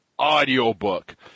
audiobook